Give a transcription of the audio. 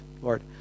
Lord